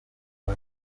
همه